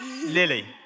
Lily